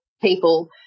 people